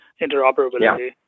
interoperability